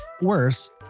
Worse